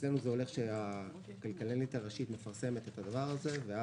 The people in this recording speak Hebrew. אצלנו הכלכלנית הראשית מפרסמת את הדבר הזה.